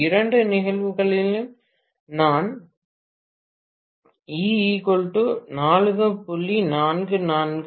இரண்டு நிகழ்வுகளிலும் நான் E 4